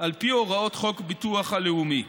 על פי הוראות חוק הביטוח הלאומי.